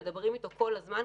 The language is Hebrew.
מדברים איתו כל הזמן,